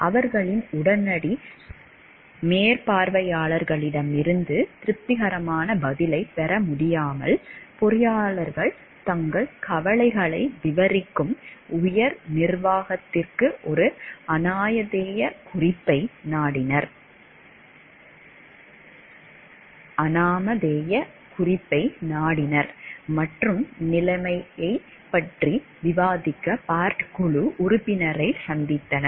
அவர்களின் உடனடி மேற்பார்வையாளர்களிடமிருந்து திருப்திகரமான பதிலைப் பெற முடியாமல் பொறியாளர்கள் தங்கள் கவலைகளை விவரிக்கும் உயர் நிர்வாகத்திற்கு ஒரு அநாமதேய குறிப்பை நாடினர் மற்றும் நிலைமையைப் பற்றி விவாதிக்க பார்ட் குழு உறுப்பினரைச் சந்தித்தனர்